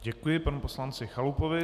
Děkuji panu poslanci Chalupovi.